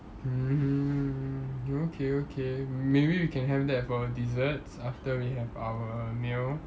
mm okay okay mm maybe we can have that for our desserts after we have our meal